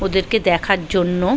ওদেরকে দেখার জন্য